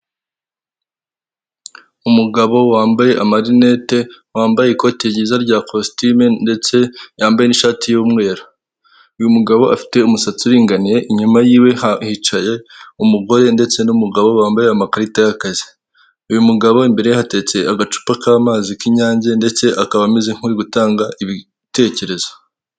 Umugabo wambaye amarinete wambaye ikoti ryiza rya kolesitimu ndetse yambaye n'ishati y'umweru uyu mugabo afite umusatsi uringaniye inyuma yiwe hicaye umugore ndetse n'umugabo bambaye amakarita y'akazi uyu mugabo imbere hatetse agacupa k'amazi k'inyange ndetse akaba ameze nkuri gutanga ibitekerezo.